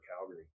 Calgary